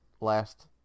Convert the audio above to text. last